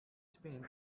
spain